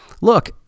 look